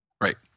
Right